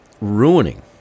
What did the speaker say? ruining